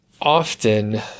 Often